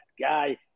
guy